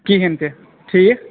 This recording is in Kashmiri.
کِہیٖنٛۍ تہِ ٹھیٖک